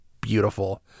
beautiful